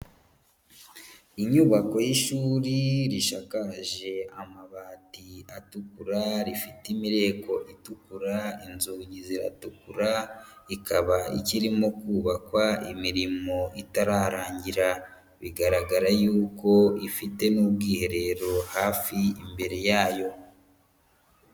Inyubako y'ishuri risagaje amabati atukura, rifite imireko itukura, inzugi ziratukura, ikaba ikirimo kubakwa imirimo itararangira, bigaragara yuko ifite n'ubwiherero hafi imbere yayo.